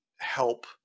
help